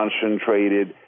concentrated